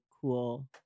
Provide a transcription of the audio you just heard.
cool